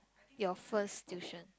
your first tuition